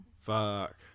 Fuck